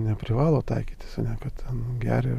neprivalo taikytis ane ten geria